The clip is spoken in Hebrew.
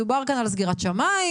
מדובר כאן על סגירת שמים,